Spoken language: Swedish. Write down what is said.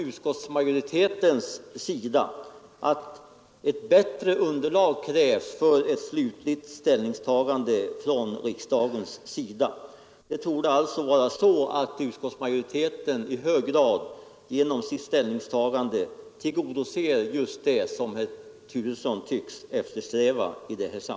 Utskottsmajoriteten anser därför att bättre underlag krävs för ett slutgiltigt ställningstagande i riksdagen. Utskottsmajoritetens förslag torde alltså i hög grad tillgodose det som herr Turesson tycks eftersträva.